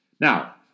Now